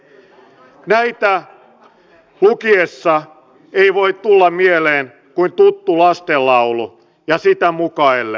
näitä lukiessa ei voi tulla mieleen kuin tuttu lastenlaulu sitä mukaillen